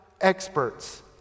experts